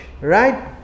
right